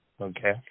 Okay